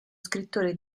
scrittore